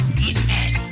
Skinhead